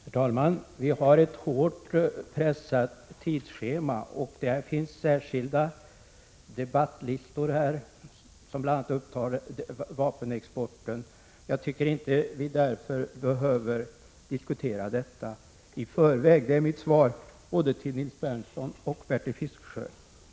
Herr talman! Kammaren har ett hårt pressat tidsschema, och det finns särskilda talarlistor för debatten om bl.a. vapenexporten. Jag tycker därför inte att vi behöver diskutera den frågan i förväg. Det är mitt svar både till Nils Berndtson och till Bertil Fiskesjö.